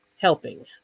helping